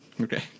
Okay